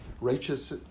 righteous